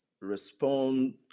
respond